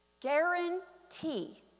guarantee